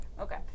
okay